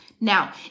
Now